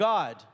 God